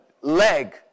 leg